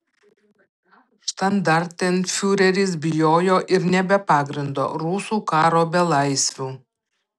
štandartenfiureris bijojo ir ne be pagrindo rusų karo belaisvių